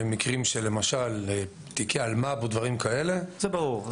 במקרים למשל של תיקי אלמ"ב או דברים כאלה --- זה ברור.